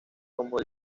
como